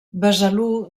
besalú